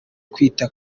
kwita